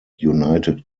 united